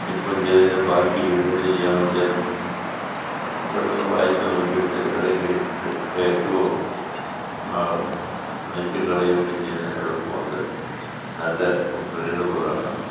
ഇപ്പോൾ ചെയ്തതിൻ്റെ ബാക്കി പിന്നീട് ചെയ്യാൻ വെച്ചാലും പെട്ടെന്ന് വായിച്ച് നോക്കിയിട്ട് എവിടെയൊക്കെ കയറ്റുവോ നീക്കിക്കളയുകയും ഒക്കെ ചെയ്യുന്നതിന് എളുപ്പമുണ്ട് നല്ല റീഡബിൾ ആണ്